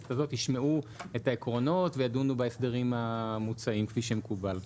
בכנסת הזאת ישמעו את העקרונות וידונו בהסדרים המוצעים כפי שמקובל.